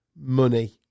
Money